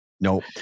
Nope